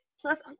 Plus